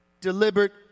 deliberate